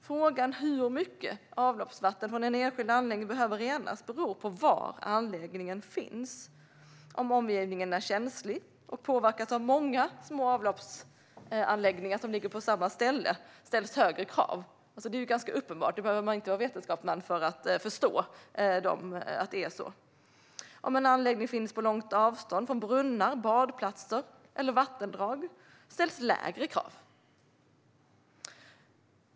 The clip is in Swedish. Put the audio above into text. Frågan om hur mycket avloppsvatten från en enskild anläggning som behöver renas beror på var anläggningen finns. Om omgivningen är känslig och påverkas av många små avloppsanläggningar som ligger på samma ställe ställs högre krav. Det är ganska uppenbart. Det behöver man inte vara vetenskapsman för att förstå. Om en anläggning finns på långt avstånd från brunnar, badplatser eller vattendrag ställs lägre krav.